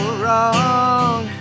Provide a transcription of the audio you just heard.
wrong